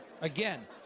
again